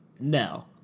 no